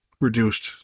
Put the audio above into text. reduced